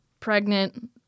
pregnant